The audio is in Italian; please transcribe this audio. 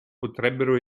potrebbero